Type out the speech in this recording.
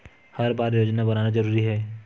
हर बार योजना बनाना जरूरी है?